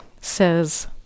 says